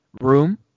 room